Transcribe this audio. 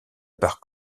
part